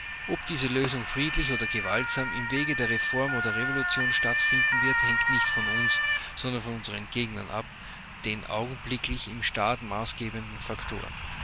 ob diese lösung friedlich oder gewaltsam im wege der reform oder revolution stattfinden wird hängt nicht von uns sondern von unseren gegnern ab den augenblicklich im staat maßgebenden faktoren